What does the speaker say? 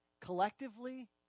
collectively